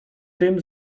tym